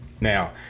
Now